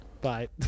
Bye